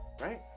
right